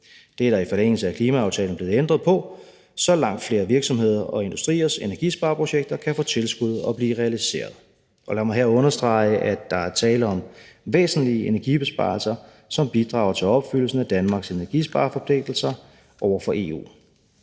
Det er der i forlængelse af klimaaftalen blevet ændret på, så langt flere virksomheders og industriers energispareprojekter kan få tilskud og blive realiseret. Og lad mig her understrege, at der er tale om væsentlige energibesparelser, som bidrager til opfyldelsen af Danmarks energispareforpligtelser over for EU.